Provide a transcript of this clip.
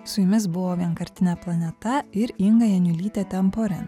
su jumis buvo vienkartinė planeta ir inga janiulytė temporin